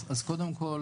קודם כל,